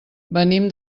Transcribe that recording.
venim